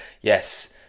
Yes